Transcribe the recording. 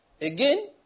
Again